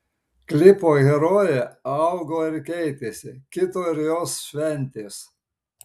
klipo herojė augo ir keitėsi kito ir jos šventės